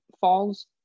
falls